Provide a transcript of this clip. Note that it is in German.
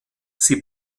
sie